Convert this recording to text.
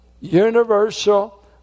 universal